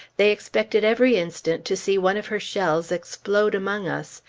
they expected every instant to see one of her shells explode among us,